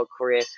career